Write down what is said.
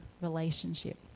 relationship